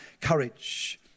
courage